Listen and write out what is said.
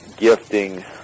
gifting